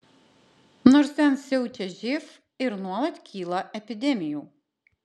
nors ten siaučia živ ir nuolat kyla epidemijų